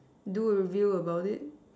do review about it